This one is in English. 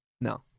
no